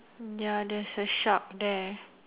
ya there's a shark there